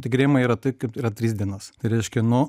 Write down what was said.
taigi rėmai yra taip kaip yra tris dienas tai reiškia nuo